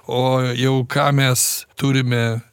o jau ką mes turime